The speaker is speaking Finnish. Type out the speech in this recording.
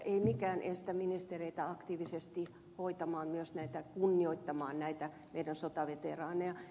ei mikään estä ministereitä aktiivisesti hoitamasta ja kunnioittamasta näitä meidän sotaveteraanejamme